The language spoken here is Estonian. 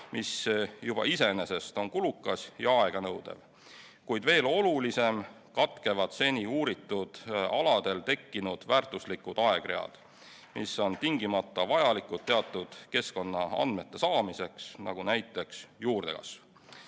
aga juba iseenesest kulukas ja aeganõudev. Kuid, mis veel olulisem, sel juhul katkevad seni uuritud aladel tekkinud väärtuslikud aegread, mis on tingimata vajalikud teatud keskkonnaandmete saamiseks, nagu näiteks juurdekasv.